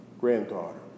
granddaughter